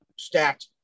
stacked